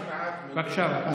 יש הרבה דברים מכוערים.